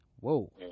Whoa